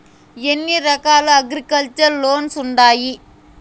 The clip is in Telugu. ఎన్ని రకాల అగ్రికల్చర్ లోన్స్ ఉండాయి